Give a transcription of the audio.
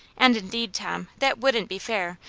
and indeed, tom, that wouldn't be fair,